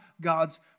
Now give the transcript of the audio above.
God's